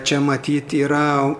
čia matyt yra